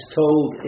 told